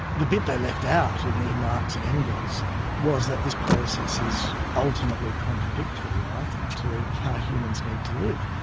the bit they left out in in marx and engels was that this process is ultimately contradictory i think, to how humans need to live.